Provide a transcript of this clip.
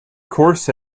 course